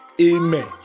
Amen